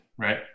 right